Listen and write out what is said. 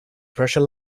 pressure